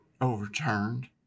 overturned